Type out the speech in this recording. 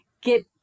get